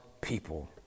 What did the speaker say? people